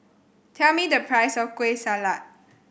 tell me the price of Kueh Salat